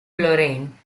lorraine